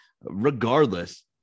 Regardless